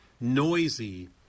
noisy